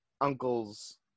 uncle's